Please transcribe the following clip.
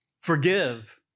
forgive